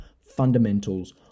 fundamentals